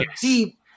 deep